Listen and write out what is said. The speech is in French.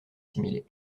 similé